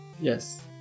Yes